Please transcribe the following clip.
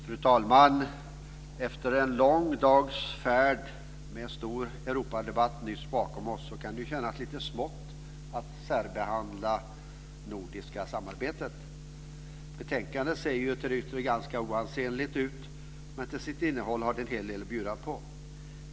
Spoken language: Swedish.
Fru talman! Efter en lång dags färd och med en stor Europadebatt bakom oss kan det kännas lite smått att särbehandla det nordiska samarbetet. Betänkandet ser till det yttre ganska oansenligt ut, men till sitt innehåll har det en hel del att bjuda på.